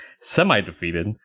semi-defeated